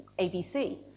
ABC